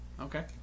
Okay